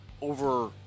over